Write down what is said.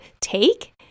take